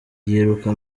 yiruka